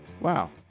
Wow